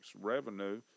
revenue